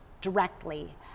directly